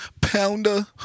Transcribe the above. pounder